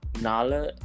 nala